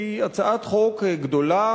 כי היא הצעת חוק גדולה,